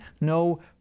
no